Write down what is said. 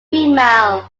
females